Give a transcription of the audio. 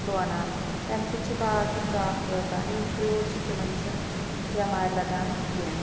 لونان تَمہِ سۭتۍ چھِ باغ تہِ صاف روزان یِم فرٛوٗٹ چھِ تِمَن چھِنہٕ بٮ۪مارِ لَگان کیٚنٛہہ